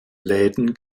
läden